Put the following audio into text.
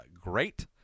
Great